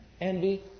Envy